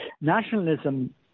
nationalism